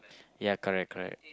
ya correct correct